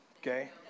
okay